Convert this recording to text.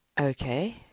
okay